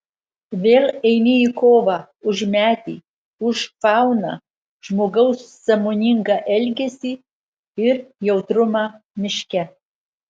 vėl eini į kovą už medį už fauną žmogaus sąmoningą elgesį ir jautrumą miške